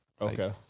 Okay